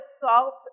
salt